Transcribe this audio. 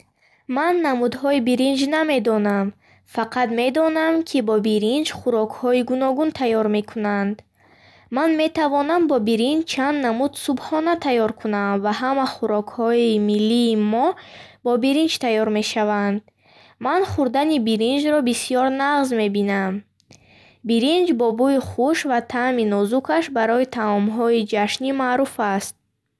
Ман намудҳои биринҷ намедонам. Фақат медонам, ки бо биринҷ хурокҳои гуногун мекунанд. Ман метавонам бо биринҷ чанд намуд субҳона таер кунам ва ҳама ҳурокҳои миллии мо бо биринҷ омода мешаванд. Ман хурдани биринҷро бисер нағз мебинам. Биринҷ бо бӯи хуш ва таъми нозукаш барои таомҳои ҷашнӣ маъруф аст.